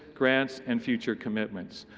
grants and future commitments.